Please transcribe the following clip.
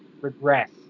regress